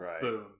boom